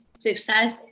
success